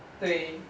对